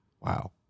wow